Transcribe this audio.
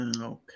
Okay